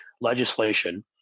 legislation